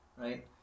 right